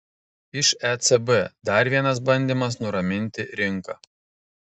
iš ecb dar vienas bandymas nuraminti rinką